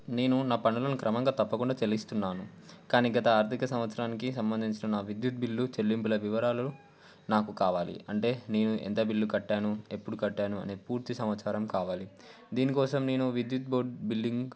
నేను నా పన్నులను క్రమంగా తప్పకుండా చెల్లిస్తున్నాను కానీ గత ఆర్థిక సంవత్సరానికి సంబంధించిన నా విద్యుత్ బిల్లు చెల్లింపుల వివరాలు నాకు కావాలి అంటే నేను ఎంత బిల్లు కట్టాను ఎప్పుడు కట్టాను అనే పూర్తి సమాచారం కావాలి దీనికోసం నేను విద్యుత్ బోర్డ్ బిల్లింగ్